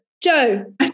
Joe